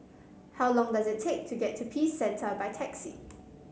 how long does it take to get to Peace Centre by taxi